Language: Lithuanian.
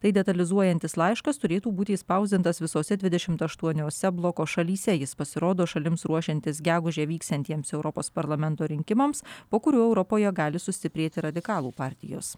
tai detalizuojantis laiškas turėtų būti išspausdintas visose dvidešimt aštuoniose bloko šalyse jis pasirodo šalims ruošiantis gegužę vyksiantiems europos parlamento rinkimams po kurių europoje gali sustiprėti radikalų partijos